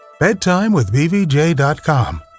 bedtimewithbvj.com